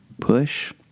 push